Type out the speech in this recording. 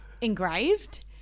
engraved